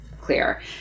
clear